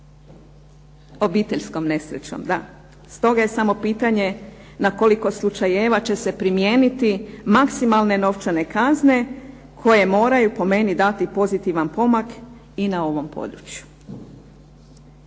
obiteljskom nesrećom, da. Stoga je pitanje na koliko slučajeva će se primijeniti maksimalne novčane kazne, koje po meni moraju dati pozitivan pomak i na ovom području.